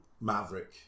Maverick